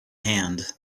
hand